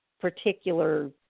particular